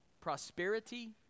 prosperity